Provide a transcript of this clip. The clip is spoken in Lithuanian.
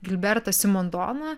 gilbertą simondoną